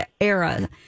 era